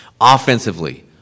offensively